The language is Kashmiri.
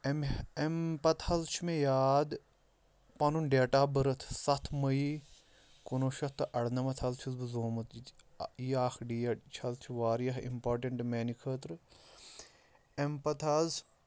اَمہِ اَمہِ پتہٕ حظ چھُ مےٚ یاد پنُن ڈیٹ آف بٔرٕتھ ستھ مٔے کُنوُہ شَتھ تہٕ ارنمتھ حظ چھُس بہٕ زومُت یہِ اکھ ڈیٹ چھِ حظ چھِ واریاہ امپاٹنٹ میٛانہِ خٲطرٕ امہِ پتہٕ حظ